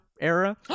era